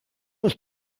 ich